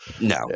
No